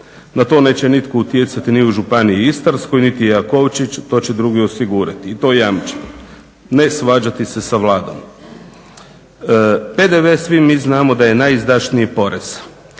Na to neće nitko utjecati niti u Županiji istarskoj, niti Jakovčić. To će drugi osigurati i to jamčim. Ne svađati se sa Vladom. PDV svi mi znamo da je najizdašniji porez.